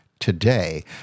Today